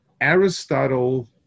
Aristotle